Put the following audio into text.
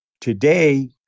today